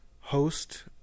host